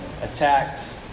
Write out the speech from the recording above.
attacked